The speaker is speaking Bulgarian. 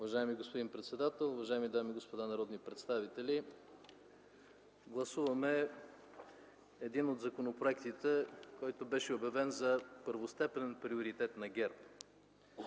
Уважаеми господин председател, уважаеми дами и господа народни представители! Гласуваме един от законопроектите, който беше обявен за първостепенен приоритет на ГЕРБ.